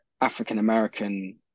African-American